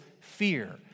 fear